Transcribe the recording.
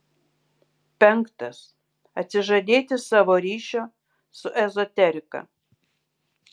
penktas atsižadėti savo ryšio su ezoterika